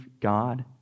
God